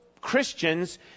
Christians